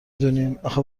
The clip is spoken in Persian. دونین، اخه